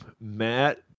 Matt